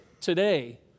today